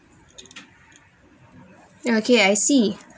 ya kay I see